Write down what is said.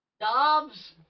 Dobbs